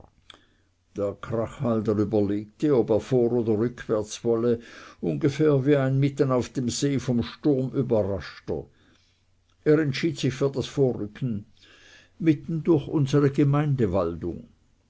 der krachhalder überlegte ob er vor oder rückwärts wolle ungefähr wie ein mitten auf dem see vom sturm überraschter er entschied sich für das vorrücken mitten durch unsere